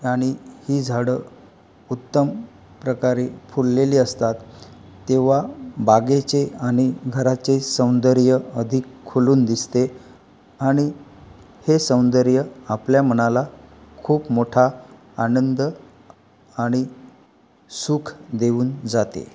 आणि ही झाडं उत्तम प्रकारे फुललेली असतात तेव्हा बागेचे आणि घराचे सौंदर्य अधिक खुलून दिसते आणि हे सौंदर्य आपल्या मनाला खूप मोठा आनंद आणि सुख देऊन जाते